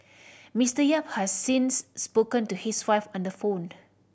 Mister Yap has since spoken to his wife on the phoned